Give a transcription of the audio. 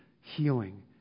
healing